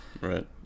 right